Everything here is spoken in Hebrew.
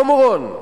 אַמְרֻהֻם,